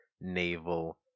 naval